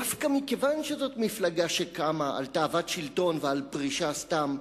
דווקא מכיוון שזו מפלגה שקמה על תאוות שלטון ועל פרישה סתם,